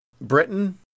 Britain